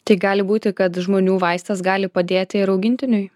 tai gali būti kad žmonių vaistas gali padėti ir augintiniui